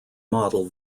model